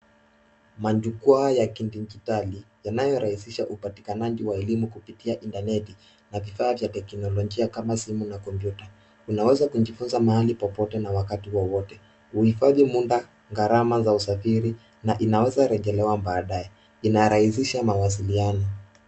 Majukwaa ya kidijitalli yanayorahisisha upatikanaji wa elimu kupitia intaneti na vifaa vya teknolojia kama simu na kompyuta. Unaweza kujifunza mahali popote na wakati wowote. Uhifadhi muda, gharama za usafiri na inaweza rejelewa baadaye, inarahisisha mawasiliano.